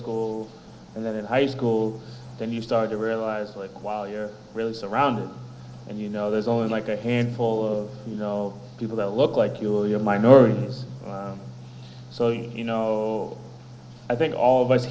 school and then high school then you start to realize like wow you're really surrounded and you know there's only like a handful of you know people that look like you or your minorities so you know i think all of us